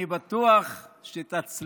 אני בטוח שתצליח